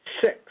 six